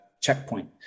checkpoint